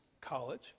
college